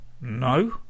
no